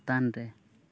ᱪᱮᱛᱟᱱ ᱨᱮ